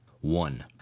One